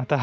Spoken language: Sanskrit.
अतः